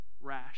Rash